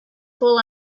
fool